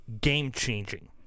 game-changing